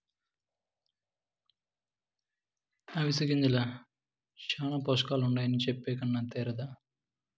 అవిసె గింజల్ల శానా పోసకాలుండాయని చెప్పే కన్నా తేరాదా